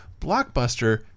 Blockbuster